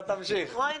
אף פעם